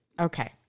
Okay